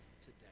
today